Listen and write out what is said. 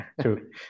True